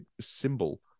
symbol